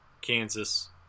Kansas